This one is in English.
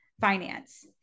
finance